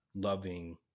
Loving